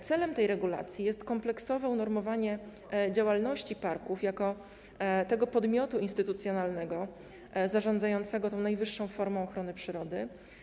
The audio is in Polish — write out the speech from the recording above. Celem tej regulacji jest kompleksowe unormowanie działalności parków jako podmiotów instytucjonalnych zarządzających tą najwyższą formą ochrony przyrody.